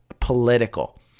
Political